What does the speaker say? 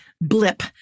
blip